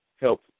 help